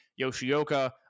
Yoshioka